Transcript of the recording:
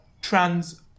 trans